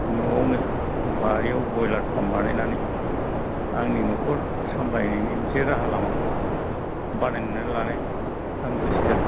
न'आवनो बारिआव broiler farm बानायनानै आंनि न'खर सामब्लायनायनि मोनसे राहा लामाखौ बानायनानै लानो आं गोसो जादों